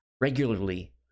regularly